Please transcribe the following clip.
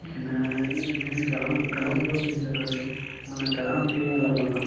हिन घणा घणो प्रोसीजर आहे इन जो मन घणा ॾींहं लॻंदा